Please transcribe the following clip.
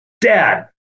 dad